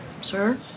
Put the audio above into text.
sir